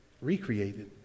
Recreated